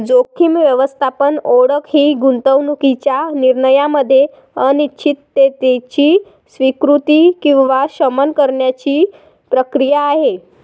जोखीम व्यवस्थापन ओळख ही गुंतवणूकीच्या निर्णयामध्ये अनिश्चिततेची स्वीकृती किंवा शमन करण्याची प्रक्रिया आहे